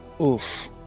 Oof